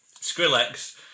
Skrillex